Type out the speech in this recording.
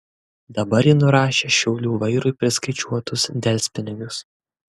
dabar ji nurašė šiaulių vairui priskaičiuotus delspinigius